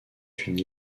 une